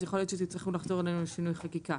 יכול להיות שתצטרכו לחזור אלינו לשינוי חקיקה.